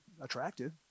attractive